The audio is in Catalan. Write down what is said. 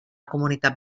comunitat